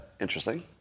interesting